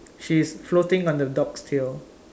she's floating on the dog's tail